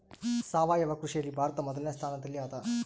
ಸಾವಯವ ಕೃಷಿಯಲ್ಲಿ ಭಾರತ ಮೊದಲನೇ ಸ್ಥಾನದಲ್ಲಿ ಅದ